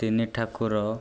ତିନି ଠାକୁର